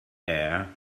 air